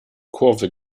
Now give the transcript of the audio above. kurve